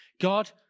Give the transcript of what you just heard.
God